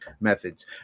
methods